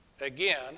again